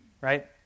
right